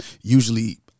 Usually